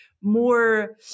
more